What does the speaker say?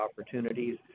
opportunities